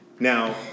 Now